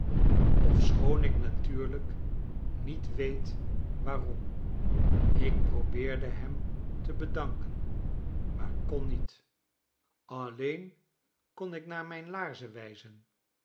ofschoon ik natuurlijk niet weet waarom ik probeerde hem te bedanken rnaar kon niet alleen kon ik naar mijn laarzen wijzen